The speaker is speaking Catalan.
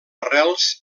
arrels